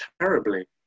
terribly